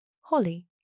Holly